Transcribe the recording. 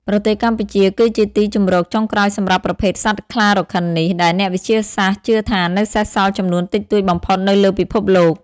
ប្រទេសកម្ពុជា គឺជាទីជម្រកចុងក្រោយសម្រាប់ប្រភេទសត្វខ្លារខិននេះ ដែលអ្នកវិទ្យាសាស្ត្រជឿថានៅសេសសល់ចំនួនតិចតួចបំផុតនៅលើពិភពលោក។